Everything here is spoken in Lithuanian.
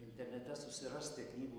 internete susirasti knygų